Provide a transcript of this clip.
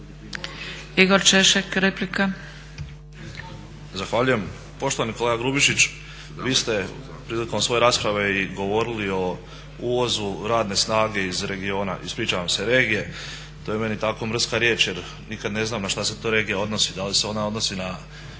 Igor Češek, replika.